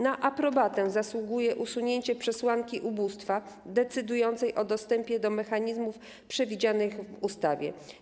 Na aprobatę zasługuje usunięcie przesłanki ubóstwa decydującej o dostępie do mechanizmów przewidzianych w ustawie.